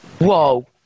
Whoa